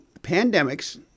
pandemics